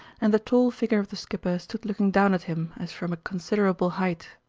and the tall figure of the skipper stood looking down at him as from a considerable height.